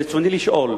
ברצוני לשאול: